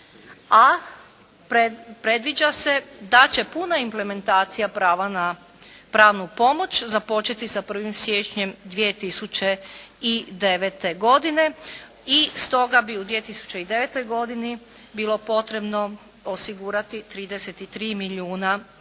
A predviđa se da će puna implementacija prava na pravnu pomoć započeti sa 1. siječnjem 2009. godine. I stoga bi u 2009. godini bilo potrebno osigurati 33 milijuna,